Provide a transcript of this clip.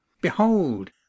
Behold